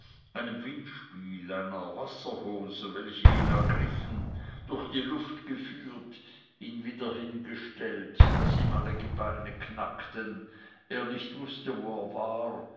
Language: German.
einem windspiel einer wasserhose welche ihn ergriffen durch die luft geführt ihn wieder hingestellt daß ihm alle gebeine knackten er nicht wußte wo er war